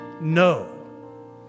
no